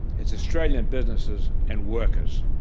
it's australian businesses and workers.